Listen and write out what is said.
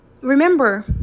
Remember